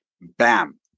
Bam